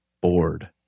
bored